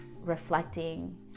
reflecting